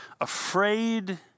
afraid